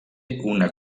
una